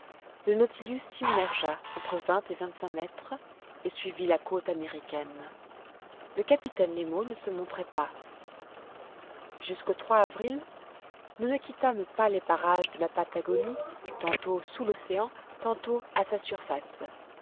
le nautilus s'immergea entre vingt et vingt-cinq mètres et suivit la côte américaine le capitaine nemo ne se montrait pas jusqu'au avril nous ne quittâmes pas les parages de la patagonie tantôt sous l'océan tantôt à sa surface